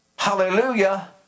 Hallelujah